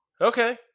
Okay